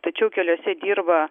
tačiau keliuose dirba